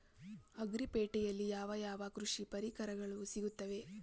Agri ಪೇಟೆನಲ್ಲಿ ಯಾವ ಯಾವ ಕೃಷಿ ಪರಿಕರಗಳು ಸಿಗುತ್ತವೆ?